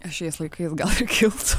šiais laikais gal ir kiltų